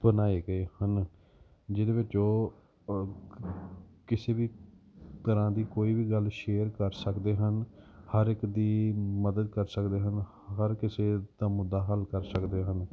ਬਣਾਏ ਗਏ ਹਨ ਜਿਹਦੇ ਵਿੱਚ ਉਹ ਕਿਸੇ ਵੀ ਤਰ੍ਹਾਂ ਦੀ ਕੋਈ ਵੀ ਗੱਲ ਸ਼ੇਅਰ ਕਰ ਸਕਦੇ ਹਨ ਹਰ ਇੱਕ ਦੀ ਮਦਦ ਕਰ ਸਕਦੇ ਹਨ ਹਰ ਕਿਸੇ ਦਾ ਮੁੱਦਾ ਹੱਲ ਕਰ ਸਕਦੇ ਹਨ